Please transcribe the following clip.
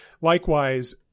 Likewise